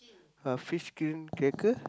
ah fish skin cracker